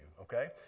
okay